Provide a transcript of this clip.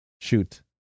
Shoot